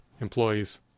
employees